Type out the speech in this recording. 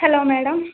hello madam